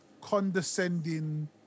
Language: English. condescending